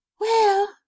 Well